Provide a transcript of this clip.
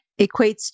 equates